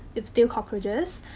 it's still cockroaches.